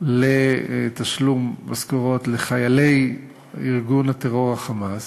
לתשלום משכורות לחיילי ארגון הטרור "חמאס".